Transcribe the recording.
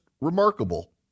remarkable